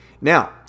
Now